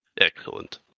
Excellent